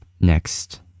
next